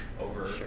over